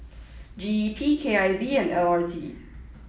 GEP KIV and LRT